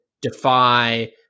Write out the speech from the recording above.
defy